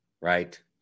right